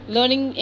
Learning